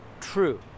true